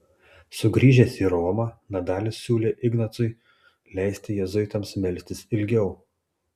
sugrįžęs į romą nadalis siūlė ignacui leisti jėzuitams melstis ilgiau